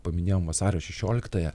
paminėjome vasario šešioliktąją